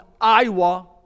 Iowa